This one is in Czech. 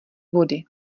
vody